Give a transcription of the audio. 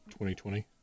2020